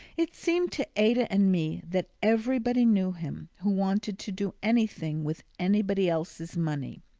it seemed to ada and me that everybody knew him who wanted to do anything with anybody else's money.